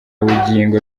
bugingo